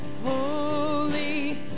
holy